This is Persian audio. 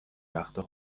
وقتا